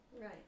Right